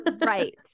Right